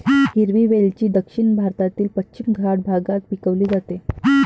हिरवी वेलची दक्षिण भारतातील पश्चिम घाट भागात पिकवली जाते